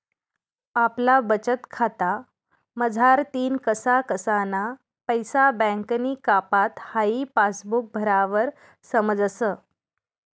आपला बचतखाता मझारतीन कसा कसाना पैसा बँकनी कापात हाई पासबुक भरावर समजस